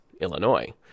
Illinois